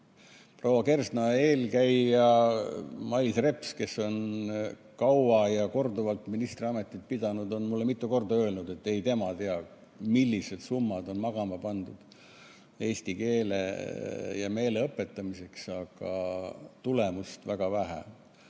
Proua Kersna eelkäija Mailis Reps, kes on kaua ja korduvalt ministriametit pidanud, on mulle mitu korda öelnud, et tema ei tea, millised summad on magama pandud eesti keele ja meele õpetamiseks, aga tulemust on väga vähe.